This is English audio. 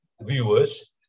viewers